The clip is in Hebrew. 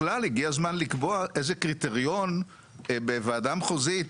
בכלל הגיע הזמן לקבוע איזה קריטריון בוועדה מחוזית,